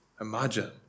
Imagine